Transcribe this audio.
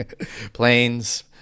planes